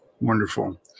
Wonderful